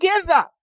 together